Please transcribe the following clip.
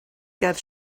ger